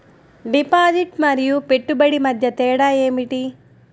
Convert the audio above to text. Deposit మరియు పెట్టుబడి మధ్య తేడా ఏమిటి?